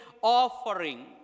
offering